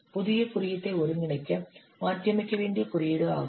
புதிய குறியீட்டை ஒருங்கிணைக்க மாற்றியமைக்க வேண்டிய குறியீடு ஆகும்